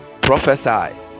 Prophesy